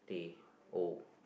teh O